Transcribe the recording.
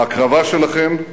בהקרבה שלכם,